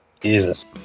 Jesus